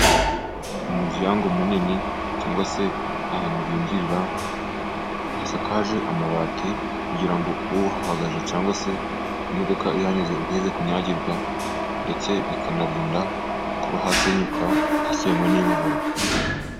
Umuryango munini cyangwa se ahantu binjirira, hasakaje amabati, kugira ngo uhahagaze cyangwa se imodoka ihanyuze ntize kunyagirwa, ndetse bikanarinda kubahasenyuka hasenywe n'imvura.